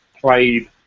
played